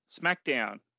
Smackdown